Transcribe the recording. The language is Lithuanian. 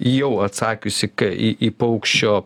jau atsakiusi į į paukščio